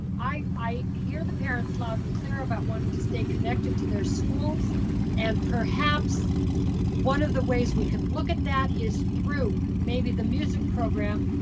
i hear the parents loud and clear about wanting to stay connected to their schools and perhaps one of the ways we could look at that is through maybe the music program,